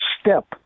step